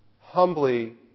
humbly